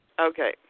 Okay